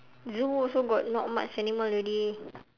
zoo also got not much animal already